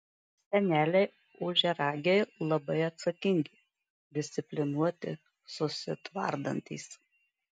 seneliai ožiaragiai labai atsakingi disciplinuoti susitvardantys